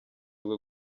bwo